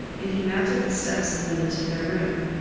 and he mounted the steps and went into their room.